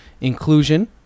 inclusion